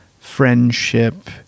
friendship